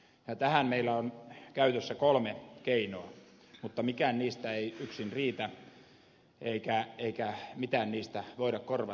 tähän meillä on käytössä kolme keinoa mutta mikään niistä ei yksin riitä eikä mitään niistä voida korvata toisella